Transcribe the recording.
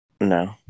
No